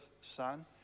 son